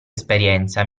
esperienza